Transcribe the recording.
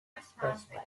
expressway